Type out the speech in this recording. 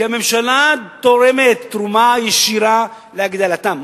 כי הממשלה תורמת תרומה ישירה להגדלתם,